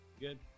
Good